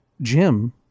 Jim